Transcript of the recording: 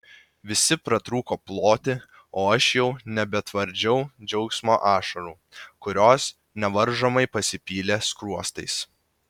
visi pratrūko ploti o aš jau nebetvardžiau džiaugsmo ašarų kurios nevaržomai pasipylė skruostais